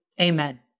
Amen